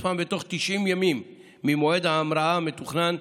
כספם בתוך 90 ימים ממועד ההמראה המתוכנן,